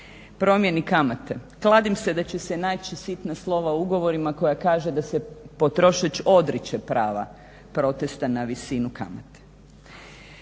promjeni kamate. Kladim se da će se naći sitna slova u ugovorima koja kažu da se potrošač odriče prava protesta na visinu kamate.